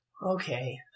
Okay